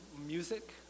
music